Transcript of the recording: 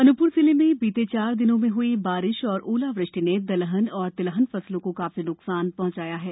अनूपपुर जिले में बीते चार दिनों में हुई बारिश और ओलावृष्टि ने दलहन और तिलहन फसलों को काफी नुकसान पहुंचाया है